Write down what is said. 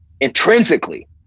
intrinsically